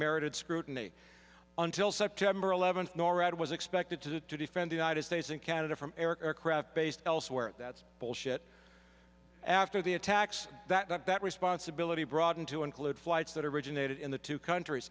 merited scrutiny until september eleventh norad was expected to do to defend the united states and canada from aircraft based elsewhere that's bullshit after the attacks that got that responsibility broadened to include flights that originated in the two countries